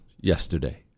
yesterday